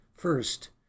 First